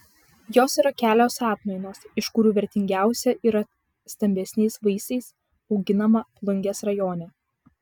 jos yra kelios atmainos iš kurių vertingiausia yra stambesniais vaisiais auginama plungės rajone